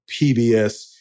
PBS